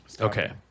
Okay